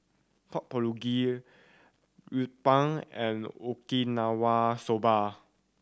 Pork Bulgogi and Okinawa Soba